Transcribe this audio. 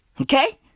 Okay